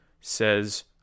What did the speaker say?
says